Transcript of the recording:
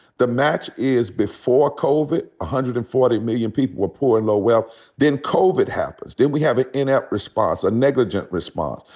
the match is before covid, one hundred and forty million people were poor and low-wealth. then covid happens. then we have an inept response, a negligent response.